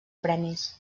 premis